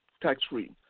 tax-free